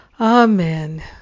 Amen